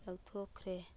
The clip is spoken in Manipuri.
ꯂꯧꯊꯣꯛꯈ꯭ꯔꯦ